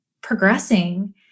progressing